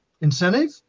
Incentive